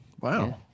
wow